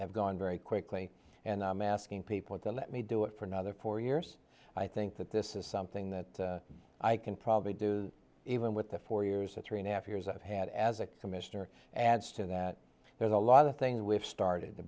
gone very quickly and i'm asking people to let me do it for another four years i think that this is something that i can probably do even with the four years or three and a half years i've had as a commissioner adds to that there's a lot of things we have started the